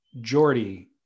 Jordy